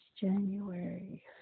January